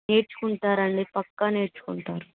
నేర్చుకుంటారండి పక్కా నేర్చుకుంటారు